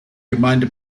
gemeinde